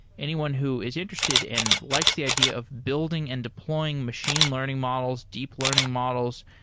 anyone who is interested and likes the idea of building and deploying machine learning models, deep learning models,